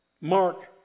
Mark